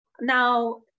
Now